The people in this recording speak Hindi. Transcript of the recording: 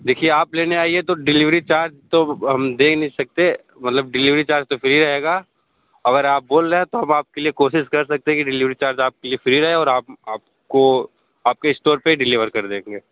देखिए आप लेने आइए तो डेलीवेरी चार्ज तो हम दे नहीं सकते मतलब डेलीवेरी चार्ज तो फ्री रहेगा अगर आप बोल रहे हैं तो हम आपके लिए कोशिश कर सकते हैं कि डेलीवेरी चार्ज आपके लिए फ्री रहे और आप आपको आपके स्टोर पर ही डेलीवेरी कर देंगे